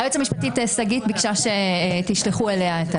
היועצת המשפטית שגית ביקשה שתשלחו אליה את הסרטונים.